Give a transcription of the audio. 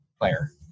player